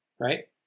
Right